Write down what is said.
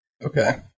Okay